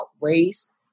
race